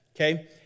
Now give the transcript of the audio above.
Okay